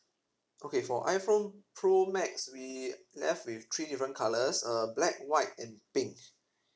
okay for iphone pro max we left with three different colours uh black white and pink